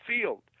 field